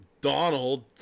Donald